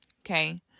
Okay